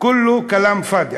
כולו כלאם פאד'י.